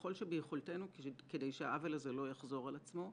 ככל שביכולתנו כדי שהעוול הזה לא יחזור על עצמו.